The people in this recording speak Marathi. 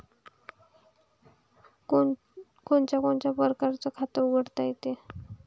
कोनच्या कोनच्या परकारं खात उघडता येते?